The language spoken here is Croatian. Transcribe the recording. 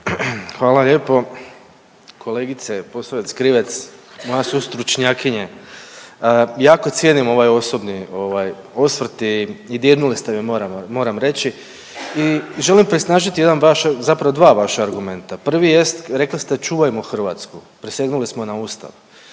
Hvala lijepo. Kolegice Posavec Krivec moja sustručnjakinja. Jako cijenim ovaj osobni ovaj osvrt i dirnuli ste me moram reći i želim prisnažiti jedan vaš, zapravo dva vaša argumenta. Prvi jest, rekli ste čuvajmo Hrvatsku, prisegnuli smo na Ustav,